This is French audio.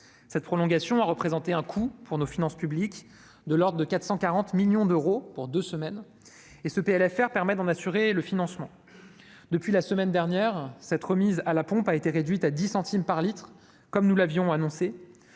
cette prolongation, qui représente un coût pour nos finances publiques de l'ordre de 440 millions d'euros pour deux semaines. Depuis la semaine dernière, cette remise à la pompe a été réduite à 10 centimes par litre, comme nous l'avions annoncé.